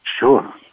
Sure